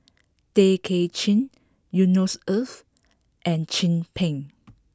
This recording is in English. Tay Kay Chin Yusnor Ef and Chin Peng